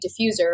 diffuser